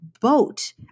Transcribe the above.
boat